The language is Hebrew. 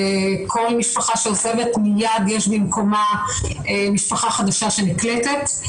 כל משפחה שעוזבת מיד יש במקומה משפחה חדשה שנקלטת.